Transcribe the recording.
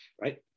right